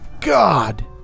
God